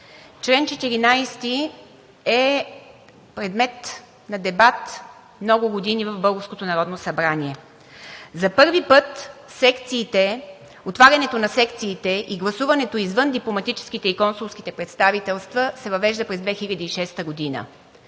Член 14 е предмет на дебат много години в българското Народно събрание. За първи път отварянето на секциите и гласуването извън дипломатическите и консулските представителства се въвежда през 2006 г.